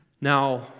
Now